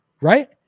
Right